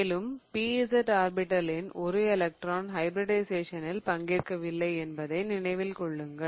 மேலும் pz ஆர்பிடலின் ஒரு எலக்ட்ரான் ஹைபிரிடிஷயேசனில் பங்கேற்கவில்லை என்பதை நினைவில் கொள்ளுங்கள்